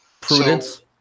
prudence